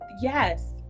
yes